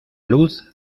luz